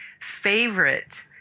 favorite